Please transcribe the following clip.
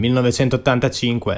1985